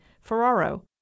Ferraro